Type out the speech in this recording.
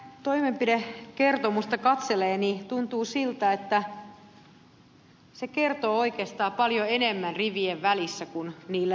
kun toimenpidekertomusta katselee tuntuu siltä että se kertoo oikeastaan paljon enemmän rivien välissä kuin niillä riveillä